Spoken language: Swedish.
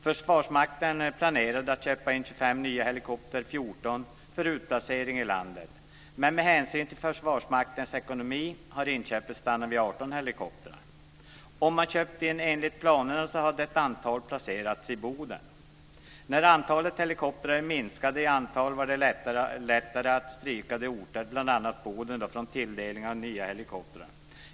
Försvarsmakten planerade att köpa in 25 nya helikoptrar av helikopter 14 för utplacering i landet. Men med hänsyn till Försvarsmaktens ekonomi har inköpet stannat vid 18 helikoptrar. Om man köpt in enligt planerna hade ett antal placerats i Boden. När antalet helikoptrar minskade var det lättare att stryka orter, bl.a. Boden, från tilldelningen av nya helikoptrar.